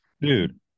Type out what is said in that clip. Dude